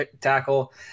tackle